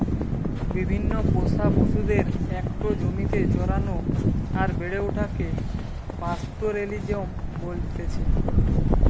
বিভিন্ন পোষা পশুদের একটো জমিতে চরানো আর বেড়ে ওঠাকে পাস্তোরেলিজম বলতেছে